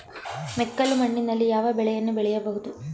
ಮೆಕ್ಕಲು ಮಣ್ಣಿನಲ್ಲಿ ಯಾವ ಬೆಳೆಯನ್ನು ಬೆಳೆಯಬಹುದು?